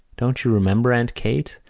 don't you remember, aunt kate,